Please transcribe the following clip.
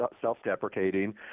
self-deprecating